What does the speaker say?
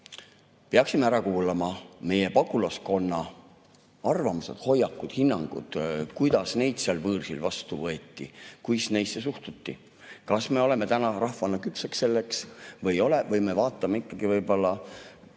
Peaksime ära kuulama meie pagulaskonna arvamused, hoiakud, hinnangud, kuidas neid seal võõrsil vastu võeti, kuis neisse suhtuti. Kas me oleme täna rahvana küpsed selleks või ei ole? Kas me vaatame ikkagi võib-olla